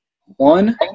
One